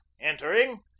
entering